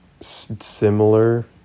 similar